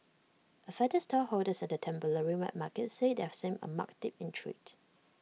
affected stallholders at the temporary wet market said they have seen A marked dip in trade